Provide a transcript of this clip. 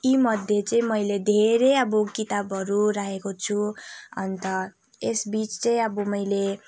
यीमध्ये चाहिँ मैले धेरै अब किताबहरू राखेको छु अन्त यसबिच चाहिँ अब मैले